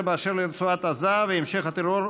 באשר לרצועת עזה והמשך הטרור מתחומה,